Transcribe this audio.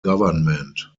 government